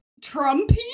Trumpy